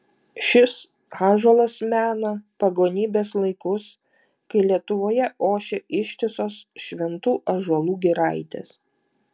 šis ąžuolas mena pagonybės laikus kai lietuvoje ošė ištisos šventų ąžuolų giraitės